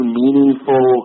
meaningful